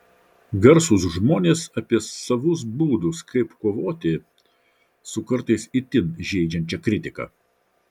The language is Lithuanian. garsūs žmonės apie savus būdus kaip kovoti su kartais itin žeidžiančia kritika